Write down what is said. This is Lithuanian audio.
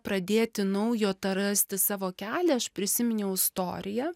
pradėti naujo atrasti savo kelią aš prisiminiau istoriją